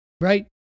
right